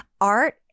art